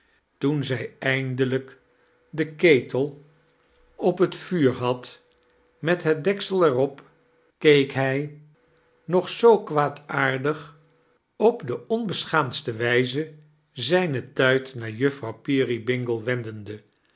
toen zij eindelijk den ketel op het yum had met het deksel er op keek hij nog zoo kwaadaardig op de onbeschaamdste wijze zijne tuit naar juffrouw perybingle wendende